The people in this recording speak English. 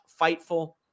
Fightful